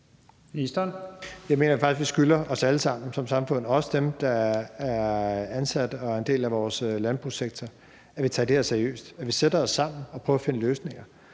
Jeg mener faktisk, at vi skylder os alle sammen som samfund – også dem, der er ansat i og er en del af vores landbrugssektor – at vi tager det her seriøst; at vi sætter os sammen og prøver at finde løsninger.